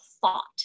thought